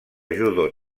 judo